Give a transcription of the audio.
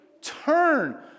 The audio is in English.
Turn